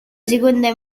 seconda